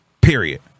Period